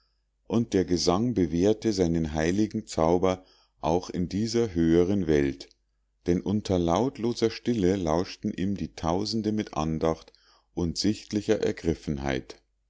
und der gesang bewährte seinen heiligen zauber auch in dieser höheren welt denn unter lautloser stille lauschten ihm die tausende mit andacht und sichtlicher ergriffenheit